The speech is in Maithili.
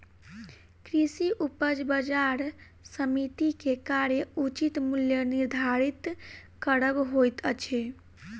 कृषि उपज बजार समिति के कार्य उचित मूल्य निर्धारित करब होइत अछि